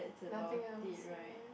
nothing else right